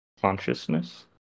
consciousness